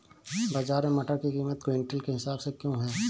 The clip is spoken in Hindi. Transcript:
बाजार में मटर की कीमत क्विंटल के हिसाब से क्यो है?